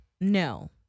No